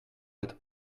met